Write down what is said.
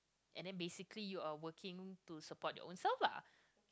and then basically you are working to support your own self lah